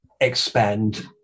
expand